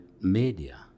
media